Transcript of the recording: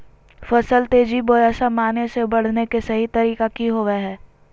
फसल तेजी बोया सामान्य से बढने के सहि तरीका कि होवय हैय?